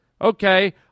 Okay